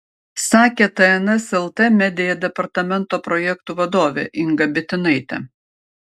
sakė tns lt media departamento projektų vadovė inga bitinaitė